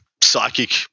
Psychic